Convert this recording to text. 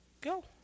go